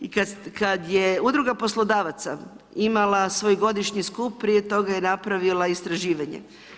I kad je udruga poslodavaca imala svoj godišnji skup, prije toga je napravila istraživanje.